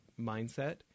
mindset